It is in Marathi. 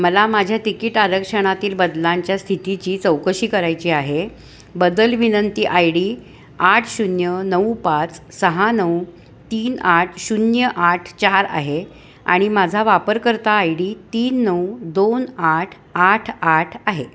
मला माझ्या तिकिट आरक्षणातील बदलांच्या स्थितीची चौकशी करायची आहे बदल विनंती आय डी आठ शून्य नऊ पाच सहा नऊ तीन आठ शून्य आठ चार आहे आणि माझा वापरकर्ता आय डी तीन नऊ दोन आठ आठ आठ आहे